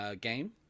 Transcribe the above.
game